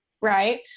Right